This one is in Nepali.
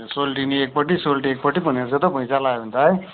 सोल्टिनी एकपट्टि सोल्टी एकपट्टि पो हुने रहेछ त हौ भुइँचालो आयो भने त है